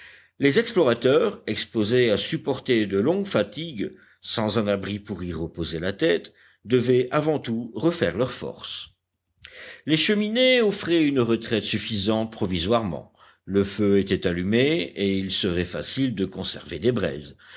les explorateurs exposés à supporter de longues fatigues sans un abri pour y reposer leur tête devaient avant tout refaire leurs forces les cheminées offraient une retraite suffisante provisoirement le feu était allumé et il serait facile de conserver des braises